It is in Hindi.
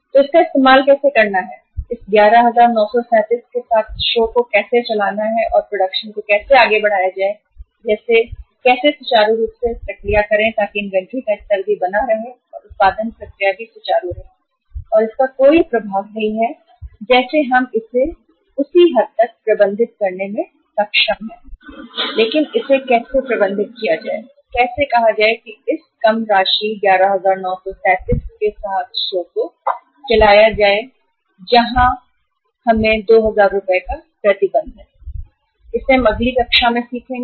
तो इसका इस्तेमाल कैसे करना है इस 11937 के साथ शो को कैसे चलाना है और प्रोडक्शन को कैसे आगे बढ़ाया जाएसुचारू रूप से प्रक्रिया करें ताकि इन्वेंट्री का स्तर भी बना रहे और उत्पादन प्रक्रिया भी सुचारू रहे और इसका कोई प्रभाव नहीं है जैसे हम इसे प्रबंधित करने में सक्षम हैं उसी हद तक लेकिन इसे कैसे प्रबंधित किया जाए और कैसे कहा जाए कि इस कम राशि 11937 के साथ शो को चलाएं जहां 2000 का प्रतिबंध है जिसे हम अगली कक्षा में सीखेंगे